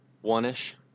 one-ish